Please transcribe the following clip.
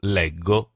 leggo